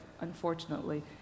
unfortunately